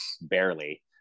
barely